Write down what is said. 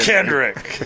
Kendrick